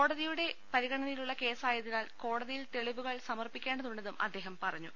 കോടതിയുടെ പരിഗണനയിലുള്ള കേസായതിനാൽ കോടതിയിൽ തെളിവുകൾ സമർപ്പിക്കേണ്ടതുണ്ടെന്നും അദ്ദേഹം പറഞ്ഞു